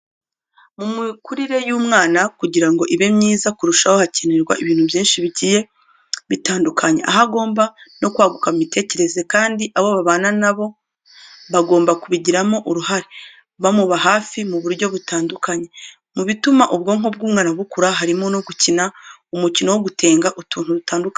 Mu mikurire y'umwana kugira ngo ibe myiza kurushaho hakenerwa ibintu byinshi bigiye bitandukanye, aho agomba no kwaguka mu mitekerereze, kandi abo babana na bo bagomba kubigiramo uruhare bamuba hafi mu buryo butandukanye. Mu bituma ubwonko bw'umwana bukura, harimo no gukina umukino wo gutenga utuntu dutandukanye.